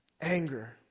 Anger